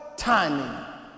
Timing